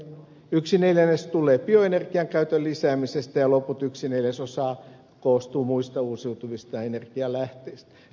yksi neljännes tulee bioenergian käytön lisäämisestä ja loppu yksi neljäsosa koostuu muista uusiutuvista energialähteistä